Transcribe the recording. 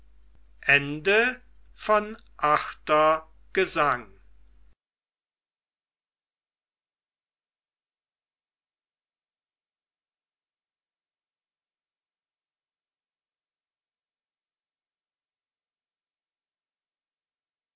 gesang achter gesang